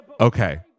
Okay